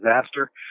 disaster